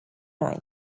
noi